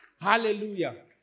Hallelujah